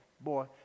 Boy